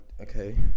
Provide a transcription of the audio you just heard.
okay